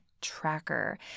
tracker